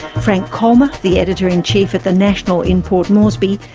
frank kolma, the editor in chief at the national in port moresby,